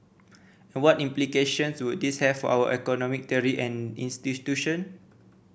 and what implications would this have for our economic theory and institution